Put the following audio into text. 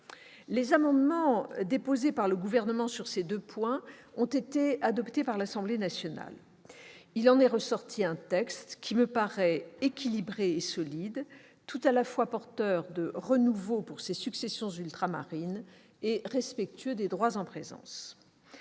Les amendements déposés par le Gouvernement sur ces deux points ont été adoptés par l'Assemblée nationale. Il en est ressorti un texte qui me paraît équilibré et solide, tout à la fois porteur de renouveau pour ces successions ultramarines et respectueux des droits en présence.